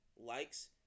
likes